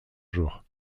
jour